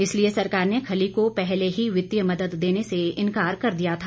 इसलिए सरकार ने खली को पहले ही वित्तीय मदद देने से इनकार कर दिया था